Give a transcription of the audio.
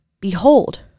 Behold